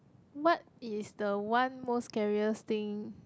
what is the one most scariest thing